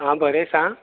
आं बरें सांग